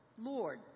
Lord